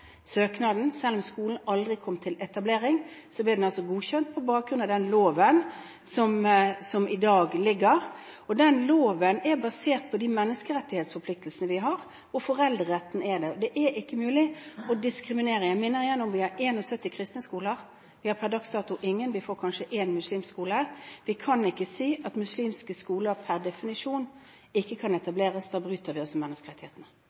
søknaden. Selv om skolen aldri kom til etablering, ble den godkjent på bakgrunn av den loven som foreligger i dag. Den loven er basert på de menneskerettighetsforpliktelsene vi har, og foreldretten. Det er ikke mulig å diskriminere. Jeg minner om at vi har 71 kristne skoler, og vi har per dags dato ingen – vi får kanskje én – muslimske skoler. Jeg kan ikke si at muslimske skoler per definisjon ikke kan etableres. Da bryter vi menneskerettighetene.